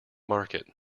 market